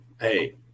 Hey